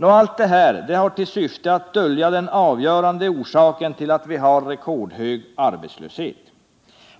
Allt detta har till syfte att dölja den avgörande orsaken till att vi har en rekordhög arbetslöshet.